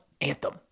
anthem